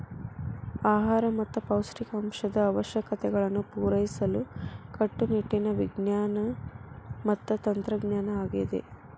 ಆಹಾರ ಮತ್ತ ಪೌಷ್ಟಿಕಾಂಶದ ಅವಶ್ಯಕತೆಗಳನ್ನು ಪೂರೈಸಲು ಕಟ್ಟುನಿಟ್ಟಿನ ವಿಜ್ಞಾನ ಮತ್ತ ತಂತ್ರಜ್ಞಾನ ಆಗಿದೆ